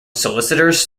solicitors